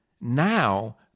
Now